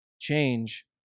change